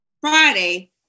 Friday